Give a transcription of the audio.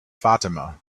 fatima